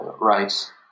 rights